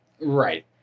Right